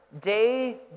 day